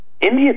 India